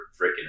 freaking